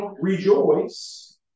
rejoice